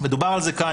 ודובר על זה כאן.